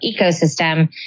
ecosystem